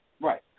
Right